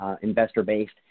investor-based